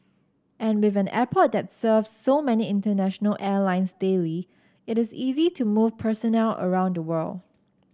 and with an airport that serves so many international airlines daily it is easy to move personnel around the world